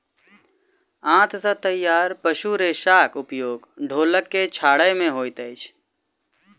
आंत सॅ तैयार पशु रेशाक उपयोग ढोलक के छाड़य मे होइत अछि